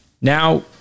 Now